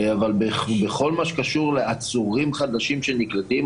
אבל בכל מה שקשור לעצורים חדשים שנקלטים,